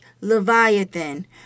leviathan